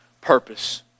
Purpose